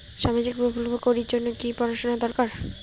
সামাজিক প্রকল্প করির জন্যে কি পড়াশুনা দরকার?